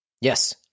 Yes